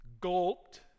gulped